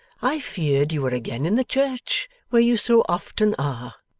i feared you were again in the church, where you so often are